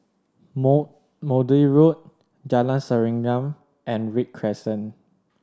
More Maude Road Jalan Serengam and Read Crescent